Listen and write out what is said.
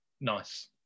Nice